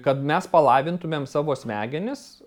kad mes palavintumėm savo smegenis